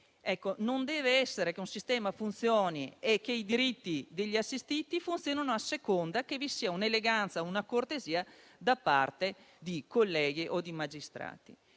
non può essere che un sistema funzioni e che i diritti degli assistiti siano garantiti a seconda che vi sia un'eleganza, una cortesia da parte di colleghi o di magistrati.